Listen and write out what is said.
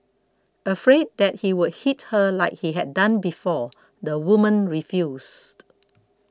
afraid that he would hit her like he had done before the woman refused